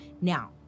Now